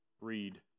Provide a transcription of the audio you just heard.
read